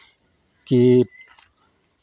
कि